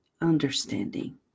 understanding